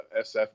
SF